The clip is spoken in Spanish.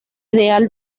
ideal